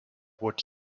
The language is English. would